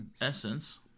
essence